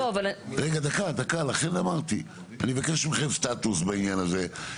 אני מבקש מכם סטטוס בעניין הזה,